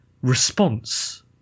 Response